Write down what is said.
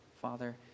Father